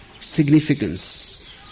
significance